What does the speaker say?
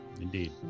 indeed